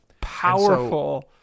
powerful